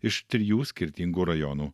iš trijų skirtingų rajonų